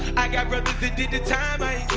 i got brothers that did the time, i